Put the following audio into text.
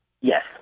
Yes